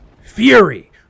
Fury